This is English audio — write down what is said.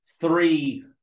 three